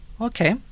Okay